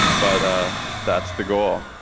but ah that's the goal.